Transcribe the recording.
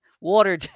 water